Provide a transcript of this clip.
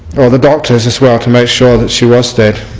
or the doctors as well to make sure that she was dead